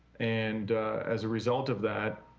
and as a result of that,